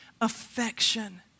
affection